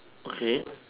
okay